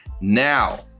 Now